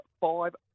five